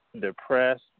depressed